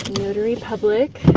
notary public,